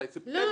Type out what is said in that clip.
אולי ספטמבר,